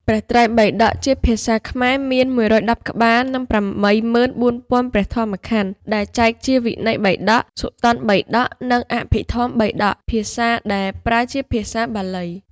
ព្រះត្រៃបិដកជាភាសាខ្មែរមាន ១១០ ក្បាល និង ៨៤០០០ ព្រះធម្មក្ខន្ធ ដែលចែកជា វិនយបិដក សុត្តន្តបិដក និង អភិធម្មបិដក (ភាសាដែលប្រើជាភាសាបាលី។)។